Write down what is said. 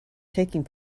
taking